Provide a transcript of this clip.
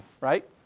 Right